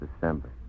December